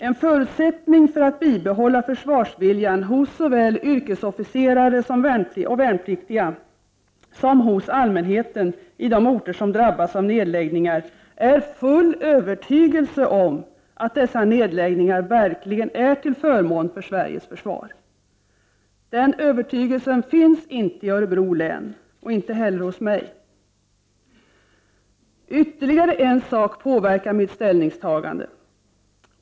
En förutsättning för att bibehålla försvarsviljan såväl hos yrkesofficerare och värnpliktiga som hos allmänheten i de orter som drabbas av nedläggningar är full övertygelse om att dessa nedläggningar verkligen är till förmån för Sveriges försvar. Den övertygelsen finns inte i Örebro län, och inte heller hos mig. Ytterligare en sak påverkar mitt ställningstagande.